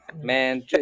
Man